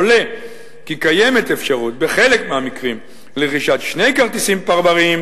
עולה כי קיימת אפשרות בחלק מהמקרים לרכישת שני כרטיסים פרבריים,